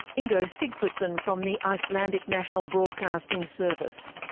ingo sigfusson from the icelandic national broadcasting service.